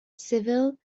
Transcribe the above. civil